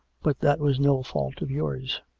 but that was no fault of yours.